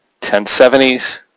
1070s